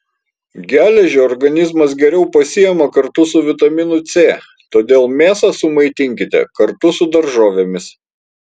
geležį organizmas geriau pasiima kartu su vitaminu c todėl mėsą sumaitinkite kartu su daržovėmis